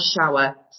shower